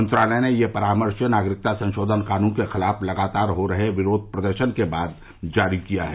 मंत्रालय ने यह परामर्श नागरिकता संशोधन कानून के खिलाफ लगातार हो रहे विरोध प्रदर्शन के बाद जारी किया है